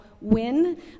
win